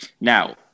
Now